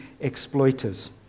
exploiters